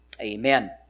Amen